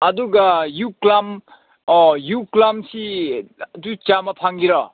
ꯑꯗꯨꯒ ꯌꯨꯀ꯭ꯂꯥꯝ ꯌꯨꯀ꯭ꯂꯥꯝꯁꯤ ꯑꯗꯨ ꯆꯥꯝꯃ ꯐꯪꯒꯦꯔꯣ